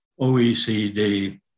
OECD